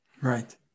Right